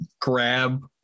grab